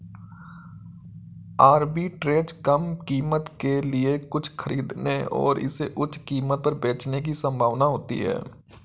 arbitrage कम कीमत के लिए कुछ खरीदने और इसे उच्च कीमत पर बेचने की संभावना होती है